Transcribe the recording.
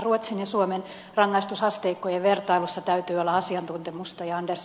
ruotsin ja suomen rangaistusasteikkojen vertailussa täytyy olla asiantuntemusta ja ed